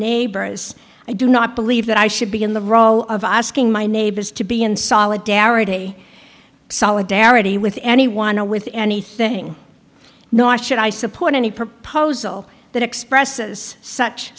neighbors i do not believe that i should be in the role of asking my neighbors to be in solidarity solidarity with anyone a with any thing no i should i support any proposal that expresses such